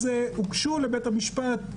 אז הוגשו לבית-המשפט,